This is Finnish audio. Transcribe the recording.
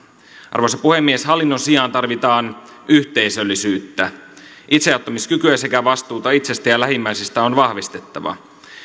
arvoisa puhemies hallinnon sijaan tarvitaan yhteisöllisyyttä itseauttamiskykyä sekä vastuuta itsestä ja lähimmäisistä on vahvistettava